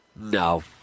No